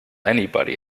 anybody